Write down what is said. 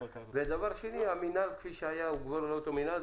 ודבר שני המינהל כפי שהיה הוא כבר לא אותו מינהל.